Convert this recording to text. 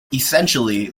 essentially